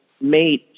made